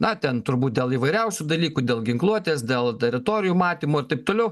na ten turbūt dėl įvairiausių dalykų dėl ginkluotės dėl teritorijų matymo ir taip toliau